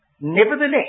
nevertheless